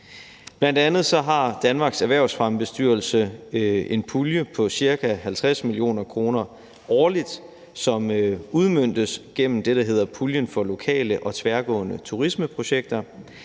Bl.a. har Danmarks Erhvervsfremmebestyrelse en pulje på ca. 50 mio. kr. årligt, som udmøntes gennem det, der hedder puljen for lokale og tværgående turismeprojekter,